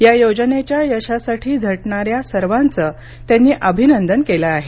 या योजनेच्या यशासाठी झटणाऱ्या सर्वांचं त्यांनी अभिनंदन केलं आहे